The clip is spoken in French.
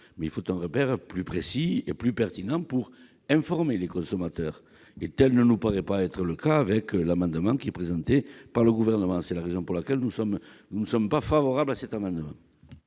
mais qui doit être plus précis et plus pertinent, afin d'informer les consommateurs. Tel ne nous paraît pas être le cas avec l'amendement présenté par le Gouvernement. C'est la raison pour laquelle nous n'y sommes pas favorables. Je mets